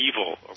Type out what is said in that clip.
evil